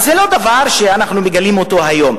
אז זה לא דבר שאנחנו מגלים אותו היום.